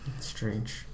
strange